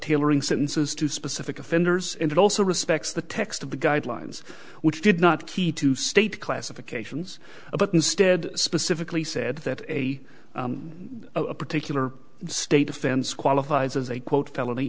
tailoring sentences to specific offenders and it also respects the text of the guidelines which did not key to state classifications but instead specifically said that a particular state offense qualifies as a quote felony